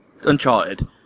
Uncharted